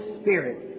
Spirit